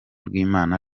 rw’imana